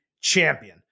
champion